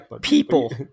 people